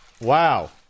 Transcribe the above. Wow